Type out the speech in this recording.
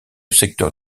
secteur